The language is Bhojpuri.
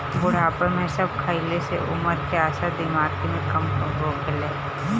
बुढ़ापा में सेब खइला से उमर के असर दिमागी पे कम होखेला